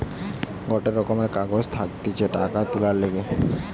গটে রকমের কাগজ থাকতিছে টাকা তুলার লিগে